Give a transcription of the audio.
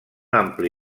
ampli